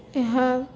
ଏହା